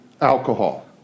alcohol